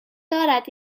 دارد